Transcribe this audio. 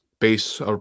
base